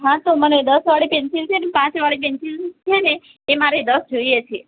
હા તો મને દસવાળી પેન્સિલ છે ને પાંચવાળી પેન્સિલ છે ને એ મારે દસ જોઈએ છીએ